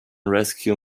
rescue